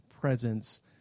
presence